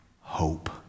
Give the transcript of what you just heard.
hope